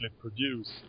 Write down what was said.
produce